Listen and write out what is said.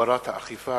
הגברת האכיפה),